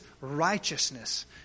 righteousness